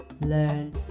Learn